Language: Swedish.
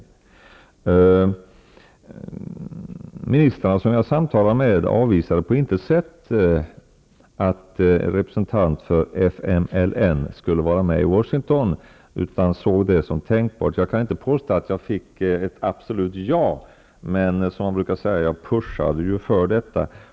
De ministrar som jag samtalade med avvisade på intet sätt att representanter för FMLN skulle vara med i Washington utan såg detta som tänkbart. Jag kan inte påstå att jag fick ett absolut ja, men, som man brukar säga, jag ''pus hade'' för detta.